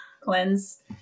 cleanse